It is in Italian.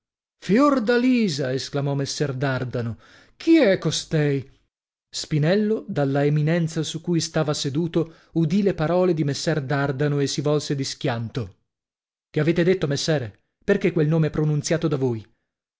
madonna fiordalisa fiordalisa esclamò messer dardano chi è costei spinello dalla eminenza su cui stava seduto udì le parole di messer dardano e si volse di schianto che avete detto messere perchè quel nome pronunziato da voi